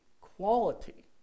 Quality